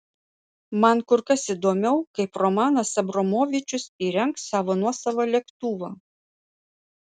man kur kas įdomiau kaip romanas abramovičius įrengs savo nuosavą lėktuvą